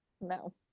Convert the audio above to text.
no